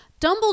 Dumbledore